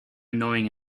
annoying